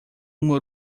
uma